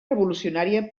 revolucionària